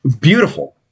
beautiful